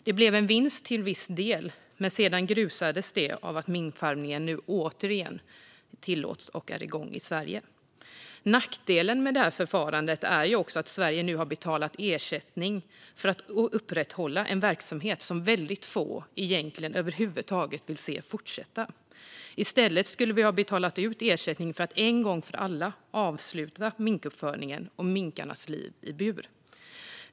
Det blev till viss del en vinst, men sedan har den grusats av att minkfarmningen nu återigen tillåtits och är igång i Sverige. Nackdelen med det förfarandet är också att Sverige nu har betalat ersättning för att upprätthålla en verksamhet som väldigt få egentligen över huvud taget vill se fortsätta. I stället skulle vi ha betalat ut ersättning för att en gång för alla avsluta minkuppfödningen och minkarnas liv i bur.